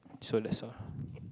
so that's all